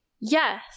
Yes